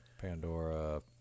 Pandora